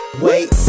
wait